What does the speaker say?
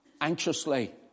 anxiously